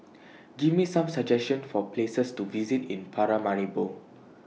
Give Me Some suggestions For Places to visit in Paramaribo